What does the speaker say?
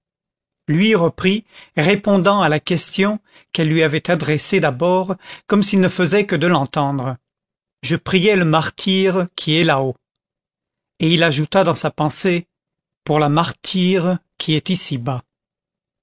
lui reprit répondant à la question qu'elle lui avait adressée d'abord comme s'il ne faisait que de l'entendre je priais le martyr qui est là-haut et il ajouta dans sa pensée pour la martyre qui est ici-bas